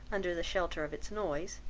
under the shelter of its noise,